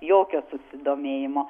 jokio susidomėjimo